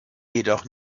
jedoch